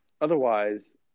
otherwise